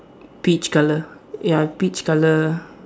peach colour ya peach colour